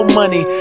money